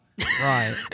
Right